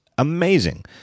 Amazing